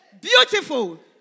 Beautiful